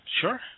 Sure